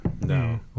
No